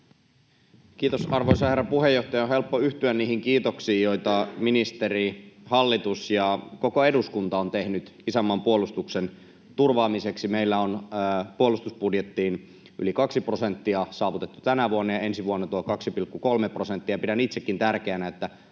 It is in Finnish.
Kiitos, arvoisa herra puheenjohtaja! On helppo yhtyä kiitoksiin siitä, mitä ministeri, hallitus ja koko eduskunta ovat tehneet isänmaan puolustuksen turvaamiseksi. Meillä on puolustusbudjettiin yli 2 prosenttia saavutettu tänä vuonna ja ensi vuonna tuo 2,3 prosenttia. Pidän itsekin tärkeänä, että